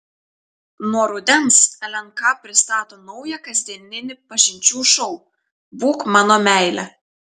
nuo rudens lnk pristato naują kasdieninį pažinčių šou būk mano meile